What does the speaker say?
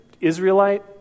Israelite